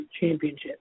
Championship